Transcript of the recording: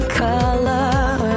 color